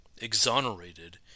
exonerated